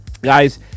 guys